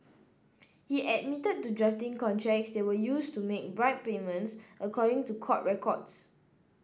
he admitted to drafting contracts that were used to make bribe payments according to court records